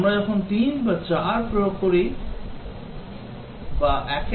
আমরা যখন 3 বা 4 প্রয়োগ করি বা একের পর এক 6 টি ফিল্টার ব্যবহার করি হতে পারি তখন বাগের বেঁচে থাকার সম্ভাবনা কী